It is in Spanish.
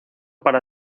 para